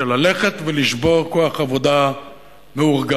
של ללכת ולשבור כוח עבודה מאורגן.